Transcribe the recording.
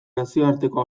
nazioarteko